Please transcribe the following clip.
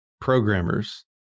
programmers